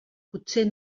potser